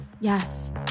Yes